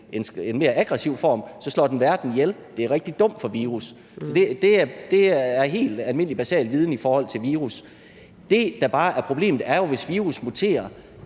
en mere aggressiv form, slår den værten ihjel, og det er rigtig dumt for virus. Så det er helt almindelig, basal viden om virus. Det, der bare er problemet, er jo, hvis virus muterer